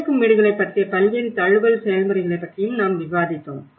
மிதக்கும் வீடுகளைப் பற்றிய பல்வேறு தழுவல் செயல்முறைகளைப் பற்றியும் நாம் விவாதித்தோம்